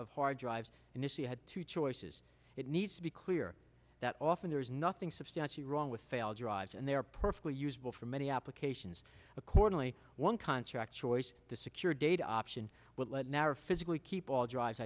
of hard drives and if he had two choices it needs to be clear that often there is nothing substantially wrong with failed drives and they are perfectly usable for many applications a quarterly one contract choice the secure data option would let never physically keep all drives